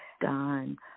done